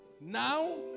now